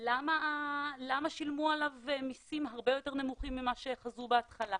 למה שילמו עליו מסים הרבה יותר נמוכים ממה שחזו בהתחלה.